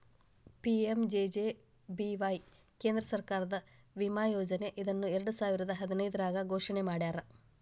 PMJJBY ಕೇಂದ್ರ ಸರ್ಕಾರದ ವಿಮಾ ಯೋಜನೆ ಇದನ್ನ ಎರಡುಸಾವಿರದ್ ಹದಿನೈದ್ರಾಗ್ ಘೋಷಣೆ ಮಾಡ್ಯಾರ